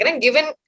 given